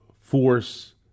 force